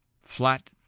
Flat